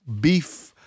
Beef